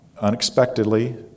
unexpectedly